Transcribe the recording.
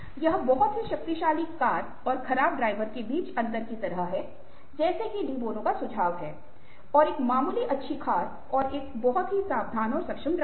यह बहुत ही शक्तिशाली कार और खराब ड्राइवर के बीच अंतर की तरह है जैसे कि डी बोनो का सुझाव है और एक मामूली अच्छी कार और एक बहुत ही सावधान और सक्षम ड्राइवर